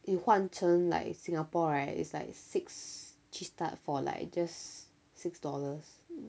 if 换成 like singapore right it's like six cheese tart for like just six dollars